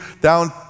down